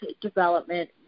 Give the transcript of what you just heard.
development